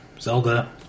Zelda